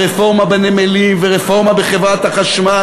ורפורמה בנמלים ורפורמה בחברת החשמל.